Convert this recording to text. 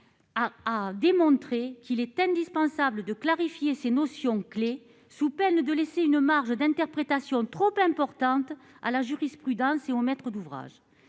démontré la nécessité de clarifier ces notions-clés sous peine de laisser une marge d'interprétation trop importante à la jurisprudence et aux maîtres d'ouvrage.